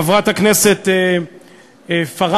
חברת הכנסת פארן,